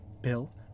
Bill